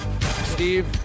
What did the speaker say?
Steve